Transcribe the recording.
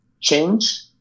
change